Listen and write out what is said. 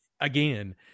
again –